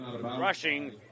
rushing